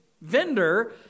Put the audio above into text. vendor